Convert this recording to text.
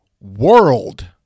world